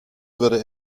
würde